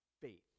faith